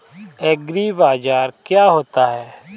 एग्रीबाजार क्या होता है?